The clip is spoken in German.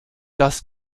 das